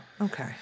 Okay